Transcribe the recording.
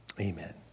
amen